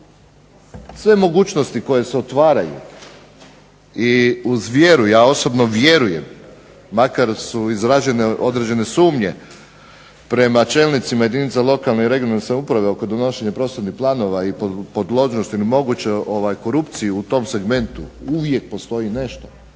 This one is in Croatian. Sve mogućnosti koje se otvaraju uz vjeru, ja osobno vjerujem makar su izražene određene sumnje prema čelnicima jedinica lokalne i regionalne samouprave oko donošenja prostornih planova i podložnosti mogućoj korupciji u tom segmentu uvijek postoji nešto.